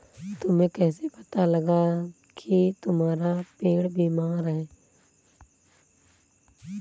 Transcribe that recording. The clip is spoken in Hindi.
तुम्हें कैसे पता लगा की तुम्हारा पेड़ बीमार है?